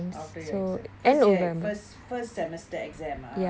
after your exam first year first first semester exam